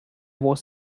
was